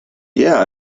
yeah